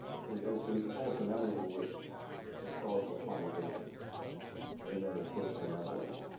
as is almost inevitable with historical conversations and even with personal memories,